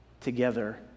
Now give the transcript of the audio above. together